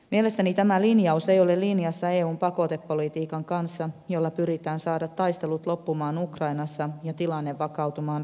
mielestäni tämä linjaus ei ole linjassa eun pakotepolitiikan kanssa jolla pyritään saamaan taistelut loppumaan ukrainassa ja tilanne vakautumaan rauhanomaisesti